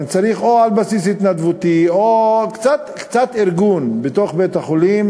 צריך או על בסיס התנדבותי או קצת ארגון בתוך בית-החולים,